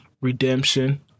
Redemption